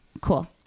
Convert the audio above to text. cool